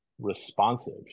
responsive